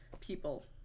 people